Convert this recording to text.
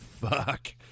fuck